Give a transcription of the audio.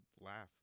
laugh